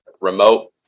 remote